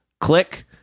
click